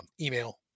email